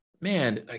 man